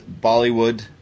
Bollywood